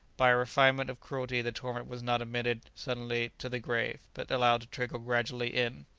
by a refinement of cruelty the torrent was not admitted suddenly to the grave, but allowed to trickle gradually in.